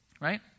Right